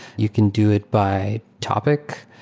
you can do it by topic.